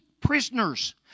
prisoners